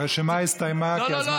הרשימה הסתיימה, כי הזמן עבר.